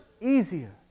easier